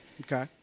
Okay